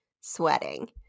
sweating